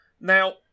now